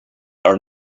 are